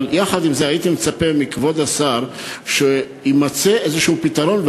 אבל יחד עם זאת הייתי מצפה מכבוד השר שיימצא פתרון כלשהו,